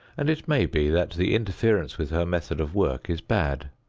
and it may be that the interference with her method of work is bad.